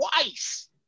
twice